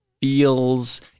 feels